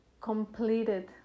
completed